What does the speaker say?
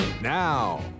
Now